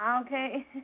Okay